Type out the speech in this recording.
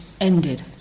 ended